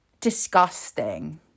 Disgusting